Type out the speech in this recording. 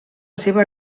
seva